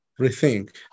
rethink